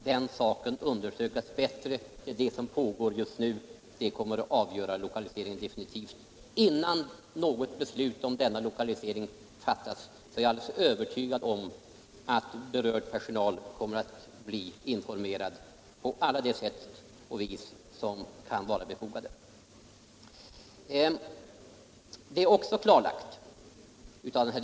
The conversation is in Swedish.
Herr talman! Även om jag inte har fått svar på mina frågor har debatten ändå givit klarhet på några punkter. Vi är alla, över partigränserna, ense om att det skall skapas en bättre miljö för dem som arbetar på den nuvarande postterminalen. Frågan är då om det bara är på Järvafältet som man kan skapa en bättre arbetsmiljö. Socialdemokraterna tycks mena det. Enligt vår uppfattning skall den saken undersökas bättre, och det är det som just nu pågår. Och det kommer definitivt att avgöra lokaliseringen. Jag är övertygad om att berörd personal innan något beslut om lokaliseringen fattas kommer att bli informerad på alla sätt som kan vara befogade.